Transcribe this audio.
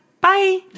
Bye